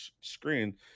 screen